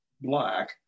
black